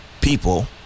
people